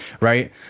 Right